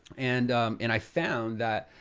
and and i found that,